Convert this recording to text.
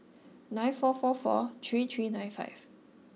nine four four four three three nine five